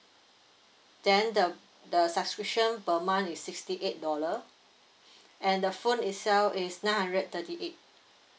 then the the subscription per month is sixty eight dollar and the phone itself is nine hundred thirty eight